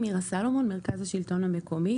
מרכז השלטון המקומי.